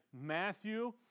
Matthew